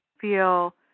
feel